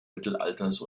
mittelalters